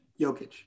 Jokic